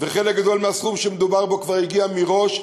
וחלק גדול מהסכום שמדובר בו כבר הגיע מראש,